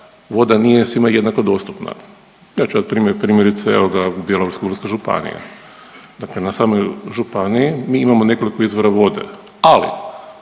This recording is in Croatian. voda nije svima jednako dostupna. Ja ću dat primjer primjerice evo ga Bjelovarsko-bilogorska županija, dakle na samoj županiji mi imamo nekoliko izvora vode, ali